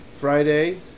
Friday